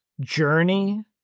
journey